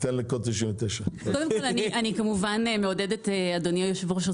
ניתן לקוד 99. קודם כל אני כמובן מעודדת אדוני יושב הראש,